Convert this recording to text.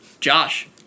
Josh